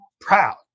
proud